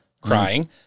crying